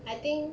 I think